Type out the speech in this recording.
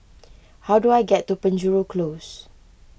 how do I get to Penjuru Close